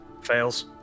Fails